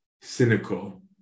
cynical